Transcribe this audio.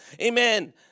Amen